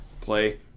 play